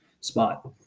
spot